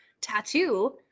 tattoo